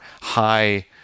high